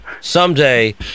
Someday